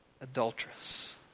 adulteress